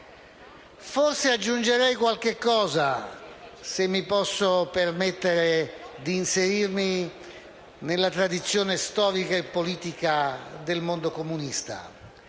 Forse aggiungerei qualcosa, se mi posso permettere di inserirmi nella tradizione storica e politica del mondo comunista.